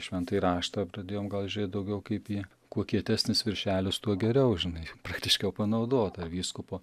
šventąjį raštą pradėjom gal žiūrėt daugiau kaip į kuo kietesnis viršelis tuo geriau žinai praktiškiau panaudot ta vyskupo